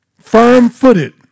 Firm-footed